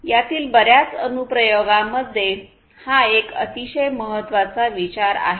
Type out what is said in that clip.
यातील बर्याच अनुप्रयोगांमध्ये हा एक अतिशय महत्त्वाचा विचार आहे